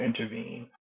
intervene